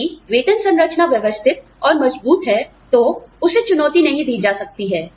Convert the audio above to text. यदि वेतन संरचना व्यवस्थित और मजबूत है तो उसे चुनौती नहीं दी जा सकती है